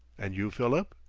and you, philip?